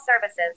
services